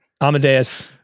Amadeus